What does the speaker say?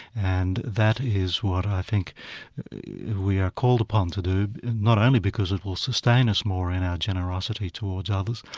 and that is what i think we are called upon to do, not only because it will sustain us more in our generosity towards others,